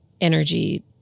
energy